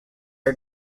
are